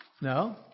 No